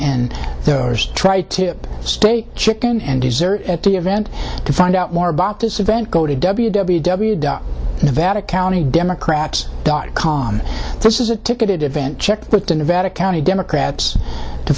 there's try to stay chicken and dessert at the event to find out more about this event go to w w w dot vatican democrats dot com this is a ticketed event checkbook to nevada county democrats to